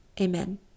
amen